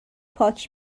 پاک